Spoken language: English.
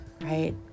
right